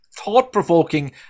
thought-provoking